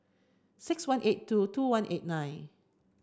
six one eight two two one eight nine